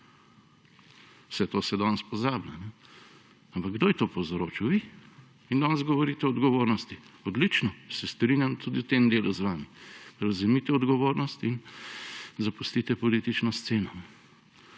vse to se danes pozablja. Ampak kdo je to povzročil? Vi. In danes govorite o odgovornosti – odlično, se strinjam tudi v tem delu z vami, prevzemite odgovornost in zapustite politično sceno.